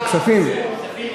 כספים, כספים.